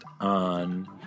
on